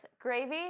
gravy